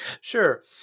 Sure